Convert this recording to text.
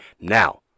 Now